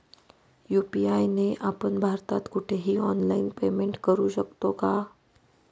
UPI ने आपण भारतात कुठेही ऑनलाईन पेमेंट करु शकतो का?